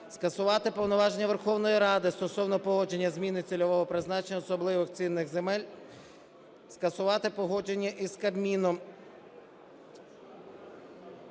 Скасувати повноваження Верховної Ради стосовно погодження зміни цільового призначення особливо цінних земель. Скасувати погодження із Кабміном